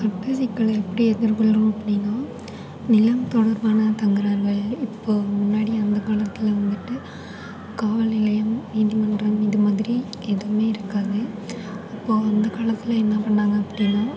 சட்ட சிக்கலை எப்படி எதிர்கொள்ளணும் அப்படினா நிலம் தொடர்பான தகராறுகள் இப்போது முன்னாடி அந்தகாலத்தில் வந்துட்டு காவல் நிலையம் நீதிமன்றம் இதுமாதிரி எதுவுமே இருக்காது அப்போது அந்த காலத்தில் என்ன பண்ணாங்கள் அப்படினா